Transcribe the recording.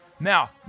Now